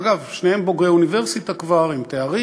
אגב, שניהם כבר בוגרי אוניברסיטה, עם תארים,